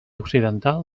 occidental